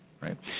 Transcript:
right